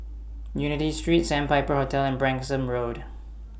Unity Street Sandpiper Hotel and Branksome Road